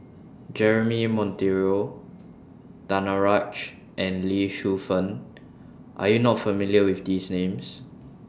Jeremy Monteiro Danaraj and Lee Shu Fen Are YOU not familiar with These Names